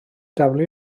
daflu